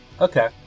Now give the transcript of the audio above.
Okay